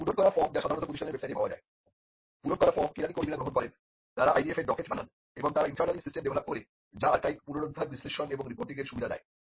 পূরণ করা ফর্ম কেরানি কর্মীরা গ্রহণ করেন তারা IDF এর ডকেট বানান এবং তারা ইন্টার্নালী সিস্টেম ডেভেলপ করে যা আর্কাইভ পুনরুদ্ধার বিশ্লেষণ এবং রিপোর্টিংয়ের সুবিধা দেয়